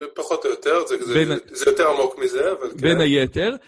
זה פחות או יותר, זה יותר עמוק מזה, אבל כן.